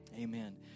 Amen